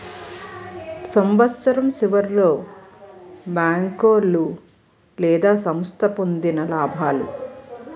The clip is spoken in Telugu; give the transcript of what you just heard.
సంవత్సరం సివర్లో బేంకోలు లేదా సంస్థ పొందిన లాబాలు